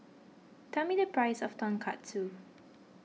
tell me the price of Tonkatsu